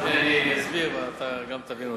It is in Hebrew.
אני אסביר, ואתה גם תבין אותי.